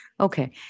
Okay